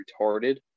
retarded